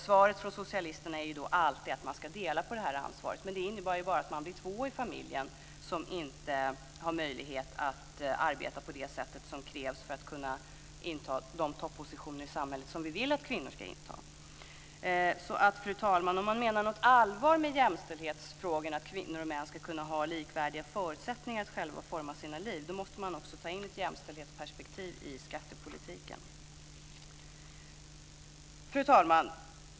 Svaret från socialisterna är alltid att man ska dela på det här ansvaret, men det innebär bara att det blir två i familjen som inte har möjlighet att arbeta på det sätt som krävs för att kunna inta de toppositioner i samhället som vi vill att kvinnor ska inta. Fru talman! Om man menar allvar i jämställdhetsfrågorna och anser att kvinnor och män ska ha likvärdiga förutsättningar att själva forma sina liv, måste man alltså också ta in jämställdhetsperspektiv i skattepolitiken. Fru talman!